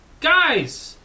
Guys